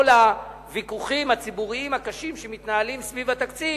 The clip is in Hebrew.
הוויכוחים הציבוריים הקשים שמתנהלים סביב התקציב,